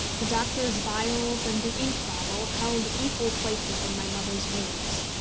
the doctor's vials and the ink-bottle held equal places in my mother's rooms.